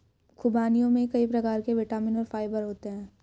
ख़ुबानियों में कई प्रकार के विटामिन और फाइबर होते हैं